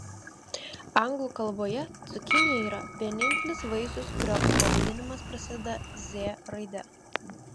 anglų kalboje cukinija yra vienintelis vaisius kurio pavadinimas prasideda z raide